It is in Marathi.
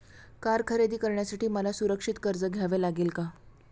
कार खरेदी करण्यासाठी मला सुरक्षित कर्ज घ्यावे लागेल का?